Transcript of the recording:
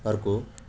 अर्को